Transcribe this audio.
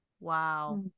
Wow